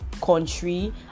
country